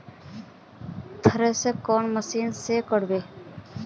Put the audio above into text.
Thresher कौन machine से करबे?